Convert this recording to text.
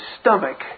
stomach